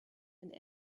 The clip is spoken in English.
and